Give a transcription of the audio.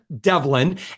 Devlin